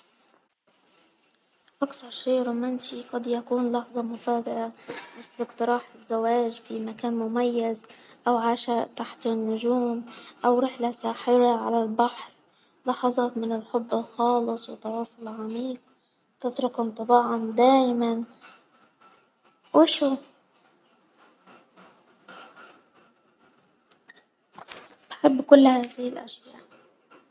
أكتر شي رومانسي قد يكون لحظة مفاجأة مثل اقتراح الزواج في مكان مميز، أو عشاء تحت النجوم او رحلة ساحرة على البحر ،لحظات من الحب خالص، وتواصل عميق تترك انطباعا دائما وشو تحب كل هذه الأشياء.